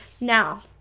now